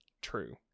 true